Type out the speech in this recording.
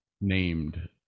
named